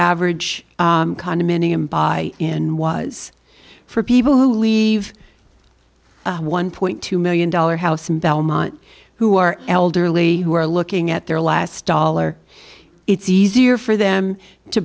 average condominium buy in was for people who leave one point two million dollars house in belmont who are elderly who are looking at their last dollar it's easier for them to